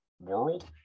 world